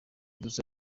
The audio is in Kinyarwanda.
dusa